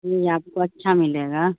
جی آپ کو اچھا ملے گا